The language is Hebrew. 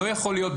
לא יכול להיות,